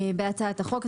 בהצעת החוק.